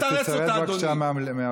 תרד מהדוכן.